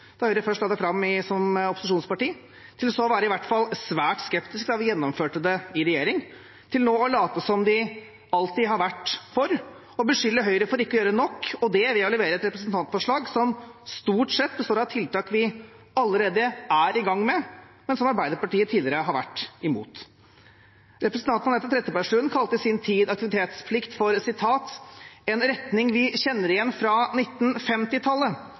da Høyre først la det fram som opposisjonsparti, til så å være i hvert fall svært skeptisk da vi gjennomførte det i regjering, til nå å late som om de alltid har vært for, og beskylder Høyre for ikke å gjøre nok, og det ved å levere et representantforslag som stort sett består av tiltak vi allerede er i gang med, men som Arbeiderpartiet tidligere har vært imot. Representanten Anette Trettebergstuen kalte i sin tid aktivitetsplikt for «en retning vi kjenner igjen fra